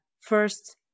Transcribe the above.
first